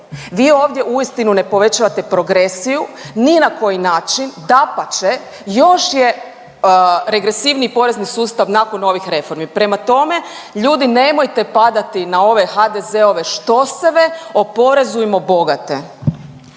Vi ovdje uistinu ne povećavate progresiju ni na koji način, dapače, još je regresivniji porezni sustav nakon ovih reformi. Prema tome, ljudi nemojte padati na ove HDZ-ove štoseve, oporezujmo bogate.